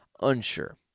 Unsure